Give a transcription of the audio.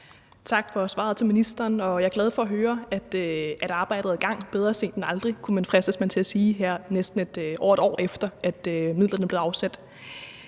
Tak til ministeren for svaret. Jeg er glad for at høre, at arbejdet er i gang – bedre sent end aldrig, fristes man til at sige, her over et år efter at midlerne blev afsat.